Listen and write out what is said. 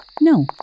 No